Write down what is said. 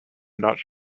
not